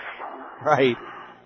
Right